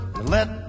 Let